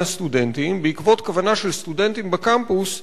הסטודנטים בעקבות כוונה של סטודנטים בקמפוס לערוך,